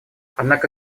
однако